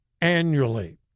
annually